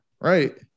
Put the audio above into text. Right